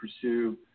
pursue